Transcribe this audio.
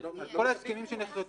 כל ההסכמים שנכרתו.